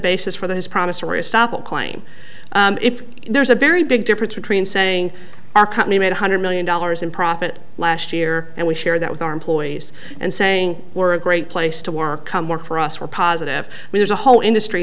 stop claim if there's a very big difference between saying our company made one hundred million dollars in profit last year and we share that with our employees and saying we're a great place to work come work for us we're positive there's a whole industry